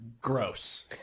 gross